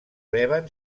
reben